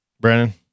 Brandon